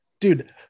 dude